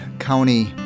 County